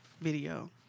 video